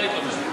אני חברת